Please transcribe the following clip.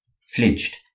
flinched